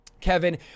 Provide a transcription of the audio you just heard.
Kevin